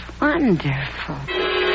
wonderful